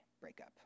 breakup